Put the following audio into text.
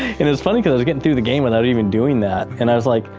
it is funny because i was getting through the game without even doing that and i was like,